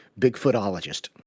bigfootologist